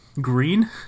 green